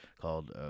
called